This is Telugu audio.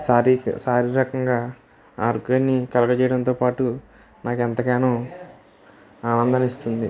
శారీ శారీరకంగా ఆరోగ్యాన్ని కలగజేయడంతో పాటు నాకు ఎంతగానో ఆనందాన్ని ఇస్తుంది